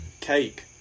Cake